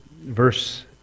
verse